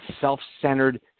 self-centered